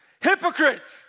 Hypocrites